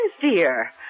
dear